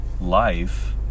life